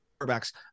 quarterbacks